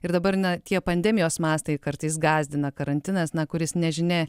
ir dabar na tie pandemijos mastai kartais gąsdina karantinas na kuris nežinia